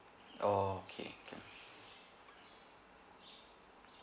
orh okay can